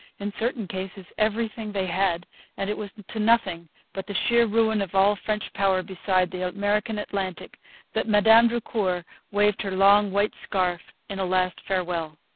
in certain cases everything they had and it was to nothing but the sheer ruin of all french power beside the american atlantic that madame drucour waved her long white scarf in a last farewell.